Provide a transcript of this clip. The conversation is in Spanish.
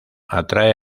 atrae